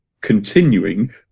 continuing